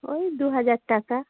ওই দু হাজার টাকা